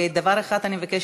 דבר אחד אני מבקשת,